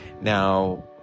Now